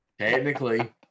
Technically